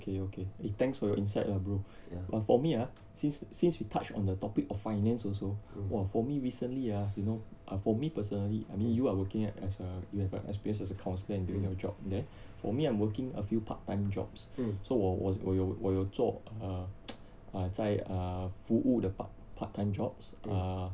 okay okay eh thanks for your insight lah bro for me ah since since we touched on the topic of finance also !wah! for me recently ah you know ah for me personally I mean you are working at as a you have a experience as a counsellor doing your job there for me I'm working a few part time jobs so 我我我有我有做 err 在 err 服务的 part part time jobs err